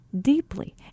deeply